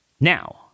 Now